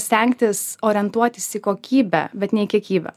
stengtis orientuotis į kokybę bet ne į kiekybę